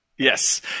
Yes